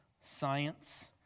science